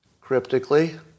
cryptically